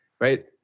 right